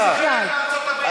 היית עכשיו במשלחת במרוקו,